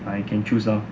I can choose ah